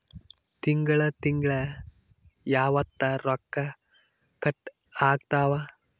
ತಿಂಗಳ ತಿಂಗ್ಳ ಯಾವತ್ತ ರೊಕ್ಕ ಕಟ್ ಆಗ್ತಾವ?